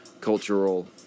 cultural